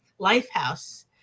Lifehouse